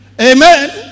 Amen